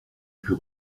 pût